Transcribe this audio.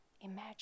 imagine